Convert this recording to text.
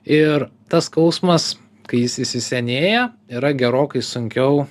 ir tas skausmas kai jis įsisenėja yra gerokai sunkiau